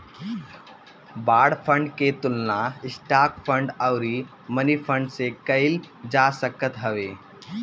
bond fund के तुलना stock fund अउरी मनीफंड से कईल जा सकत हवे